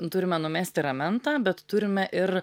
turime numesti ramentą bet turime ir